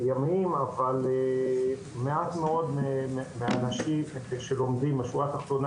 אבל מעט מאוד מהאנשים שלומדים בשורה התחתונה